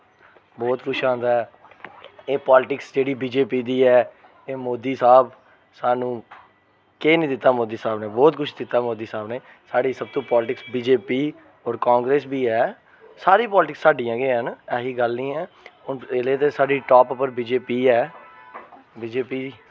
बोह्त कुछ आंदा ऐ एह् पालीटिक्स जेह्ड़ी बी जे पी दी ऐ एह् मोदी साह्ब सानू केह् निं दित्ता मोदी साह्ब ने बोह्त कुछ दित्ता मोदी साह्ब ने साढ़ी सबतूं पालटिक्स बी जे पी होर कांग्रेस बी ऐ सारी पालटिक्स साड्डियां गै न ऐही गल्ल निं ऐ हून एल्लै ते साढ़ी टाप उप्पर बी जे पी ऐ बी जे पी